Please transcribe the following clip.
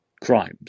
crimes